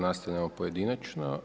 Nastavljamo pojedinačno.